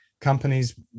companies